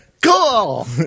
Cool